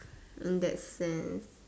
that sense